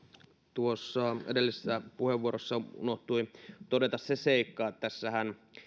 tuossa edellisessä puheenvuorossa unohtui todeta se seikka että tässähän